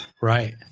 Right